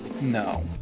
No